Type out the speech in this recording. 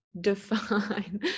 define